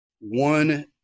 one